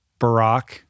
Barack